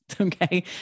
Okay